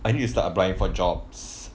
I need to start applying for jobs